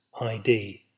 ID